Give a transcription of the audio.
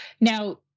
Now